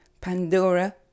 Pandora